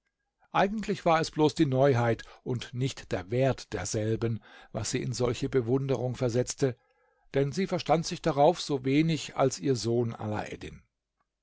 eigentlich war es bloß die neuheit und nicht der wert derselben was sie in solche bewunderung versetzte denn sie verstand sich darauf so wenig als ihr sohn